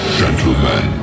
gentlemen